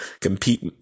compete